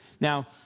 Now